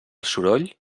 soroll